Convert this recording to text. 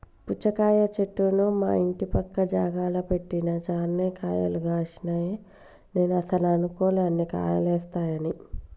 పుచ్చకాయ చెట్టును మా ఇంటి పక్క జాగల పెట్టిన చాన్నే కాయలు గాశినై నేను అస్సలు అనుకోలే అన్ని కాయలేస్తాయని